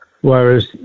whereas